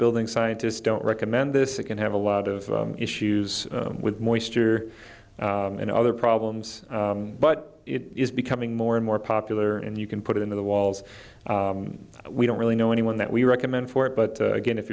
building scientists don't recommend this it can have a lot of issues with moisture and other problems but it is becoming more and more popular and you can put it in the walls we don't really know anyone that we recommend for it but again if